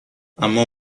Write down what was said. اما